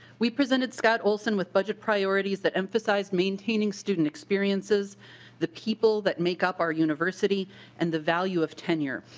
we presented scott olson with budget priorities that emphasize maintaining student experiences the people that make up our university and the value of tenure.